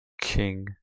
King